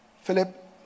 Philip